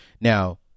Now